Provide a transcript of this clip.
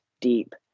deep